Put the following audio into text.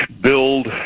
build